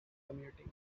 commuting